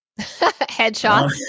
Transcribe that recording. Headshots